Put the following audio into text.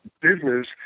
business